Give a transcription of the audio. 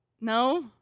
no